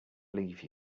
leave